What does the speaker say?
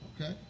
Okay